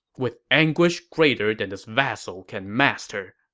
with anguish greater than this vassal can master,